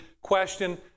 question